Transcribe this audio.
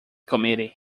committee